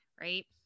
right